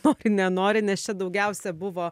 nori nenori nes čia daugiausia buvo